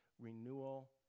renewal